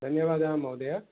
धन्यवादः महोदय